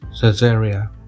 Caesarea